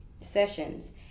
sessions